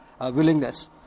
willingness